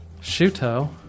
shuto